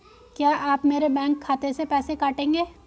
क्या आप मेरे बैंक खाते से पैसे काटेंगे?